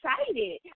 excited